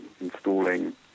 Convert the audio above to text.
installing